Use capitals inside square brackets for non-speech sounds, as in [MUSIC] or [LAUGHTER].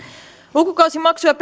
lukukausimaksuja [UNINTELLIGIBLE]